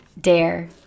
dare